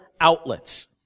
outlets